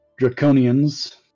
draconians